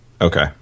Okay